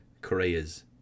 careers